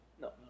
No